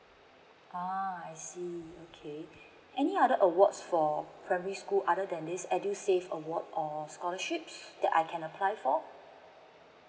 uh I see okay any other awards for primary school other than this edusave award or scholarships that I can apply for